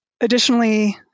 Additionally